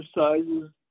exercises